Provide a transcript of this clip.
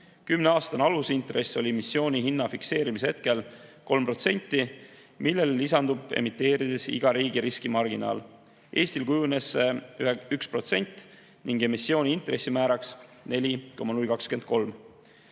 Kümneaastane alusintress oli emissiooni hinna fikseerimise hetkel 3%, millele lisandub emiteerides iga riigi riskimarginaal. Eestil kujunes selleks 1% ning emissiooni intressimääraks 4,023.